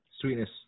Sweetness